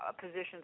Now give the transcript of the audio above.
positions